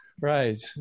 Right